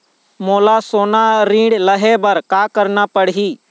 मोला सोना ऋण लहे बर का करना पड़ही?